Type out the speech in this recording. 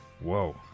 Whoa